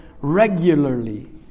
regularly